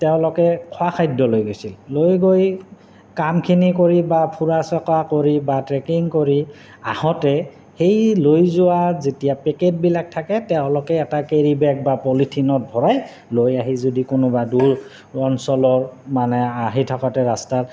তেওঁলোকে খোৱা খাদ্য লৈ গৈছিল লৈ গৈ কামখিনি কৰি বা ফুৰা চকা কৰি বা ট্ৰেকিং কৰি আহোঁতে সেই লৈ যোৱা যেতিয়া পেকেটবিলাক থাকে তেওঁলোকে এটা কেৰি বেগ বা পলিথিনত ভৰাই লৈ আহি যদি কোনোবা দূৰ অঞ্চলৰ মানে আহি থাকোঁতে ৰাস্তাত